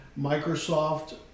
Microsoft